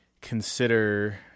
Consider